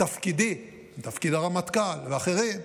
תפקידי, תפקיד הרמטכ"ל והאחרים,